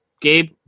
Gabe